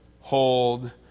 hold